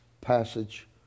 passage